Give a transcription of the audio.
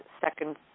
second